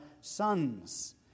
sons